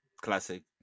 Classic